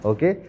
Okay